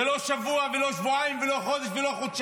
זה לא שבוע, ולא שבועיים, ולא חודש, ולא חודשיים.